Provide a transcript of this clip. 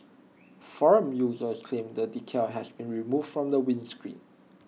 forum users claimed the decal has been removed from the windscreen